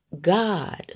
God